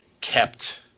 kept